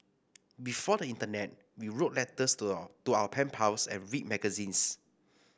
before the internet we wrote letters to our to our pen pals and read magazines